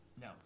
No